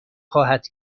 خواهد